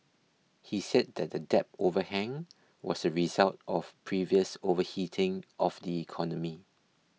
he said that the debt overhang was a result of previous overheating of the economy